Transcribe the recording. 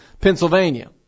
Pennsylvania